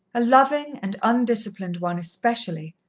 a loving and undisciplined one especially,